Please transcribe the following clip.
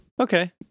Okay